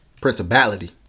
principality